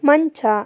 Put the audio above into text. ಮಂಚ